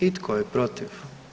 I tko je protiv?